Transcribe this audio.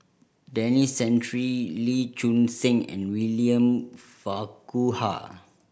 Denis Santry Lee Choon Seng and William Farquhar